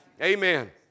Amen